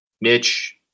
Mitch